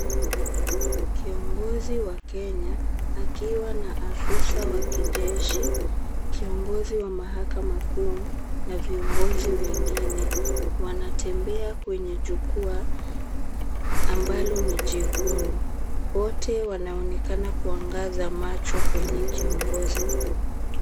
Kiongozi wa Kenya akiwa na afisa wa kijeshi, kiongozi wa mahakama kuu na viongozi wengine. Wanatembea kwenye jukwaa ambalo ni jekundu. Wote wanaonekana kuangaza macho kwenye kiongozi mkuu.